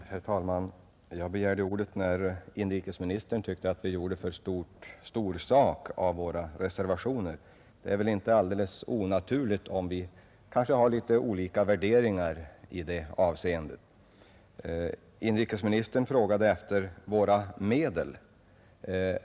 Herr talman! Jag begärde ordet med anledning av att inrikesministern ansåg att vi gjorde för stor sak av våra reservationer. Det är väl inte onaturligt om värderingarna i det avseendet är litet olika. Inrikesministern frågade efter våra medel.